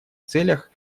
целях